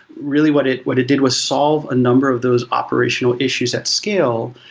really what it what it did was solve a number of those operational issues at scale,